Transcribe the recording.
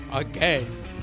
Again